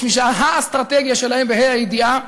יש מי שהאסטרטגיה שלהם, בה"א הידיעה,